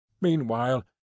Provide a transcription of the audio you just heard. Meanwhile